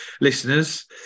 listeners